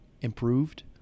improved